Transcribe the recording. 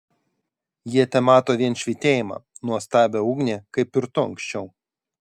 jie temato vien švytėjimą nuostabią ugnį kaip ir tu anksčiau